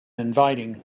inviting